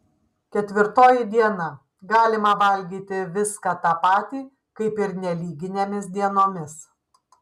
ketvirtoji diena galima valgyti viską tą patį kaip ir nelyginėmis dienomis